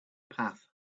path